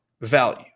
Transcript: value